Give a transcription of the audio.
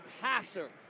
passer